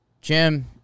Jim